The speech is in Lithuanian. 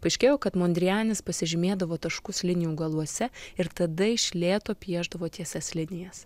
paaiškėjo kad mondrianis pasižymėdavo taškus linijų galuose ir tada iš lėto piešdavo tiesias linijas